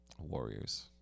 Warriors